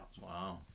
Wow